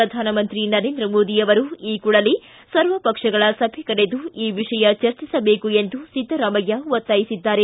ಪ್ರಧಾನಮಂತ್ರಿ ನರೇಂದ್ರ ಮೋದಿ ಅವರು ಈ ಕೂಡಲೇ ಸರ್ವಪಕ್ಷಗಳ ಸಭೆ ಕರೆದು ಈ ವಿಷಯ ಚರ್ಚಿಸಬೇಕು ಎಂದು ಸಿದ್ದರಾಮಯ್ಯ ಒತ್ತಾಯಿಸಿದ್ದಾರೆ